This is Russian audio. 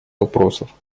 вопросов